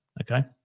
okay